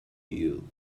you